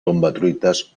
tombatruites